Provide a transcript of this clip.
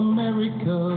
America